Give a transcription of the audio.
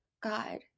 God